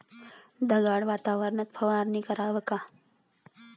ढगाळ वातावरनात फवारनी कराव का?